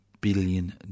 billion